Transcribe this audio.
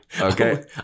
okay